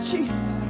Jesus